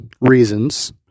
reasons